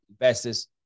investors